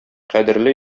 кадерле